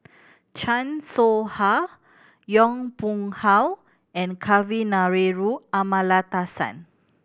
Chan Soh Ha Yong Pung How and Kavignareru Amallathasan